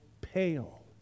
pale